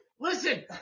listen